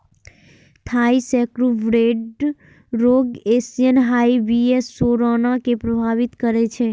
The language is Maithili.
थाई सैकब्रूड रोग एशियन हाइव बी.ए सेराना कें प्रभावित करै छै